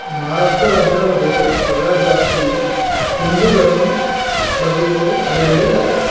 महाराष्ट्र राज्यामध्ये सगळ्यात जास्ती हिंदू धर्म बघितले आढळले जातात